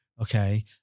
okay